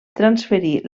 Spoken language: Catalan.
transferir